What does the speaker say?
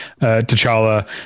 t'challa